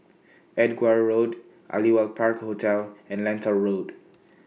Edgware Road Aliwal Park Hotel and Lentor Road